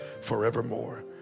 forevermore